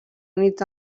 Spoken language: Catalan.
units